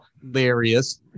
hilarious